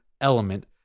element